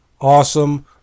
awesome